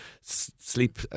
sleep